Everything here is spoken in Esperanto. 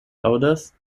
aŭdas